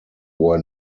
were